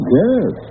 yes